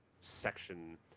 section